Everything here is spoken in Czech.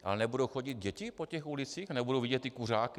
Ale nebudou chodit děti po těch ulicích a nebudou vidět ty kuřáky?